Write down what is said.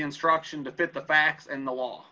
instruction to fit the facts and the law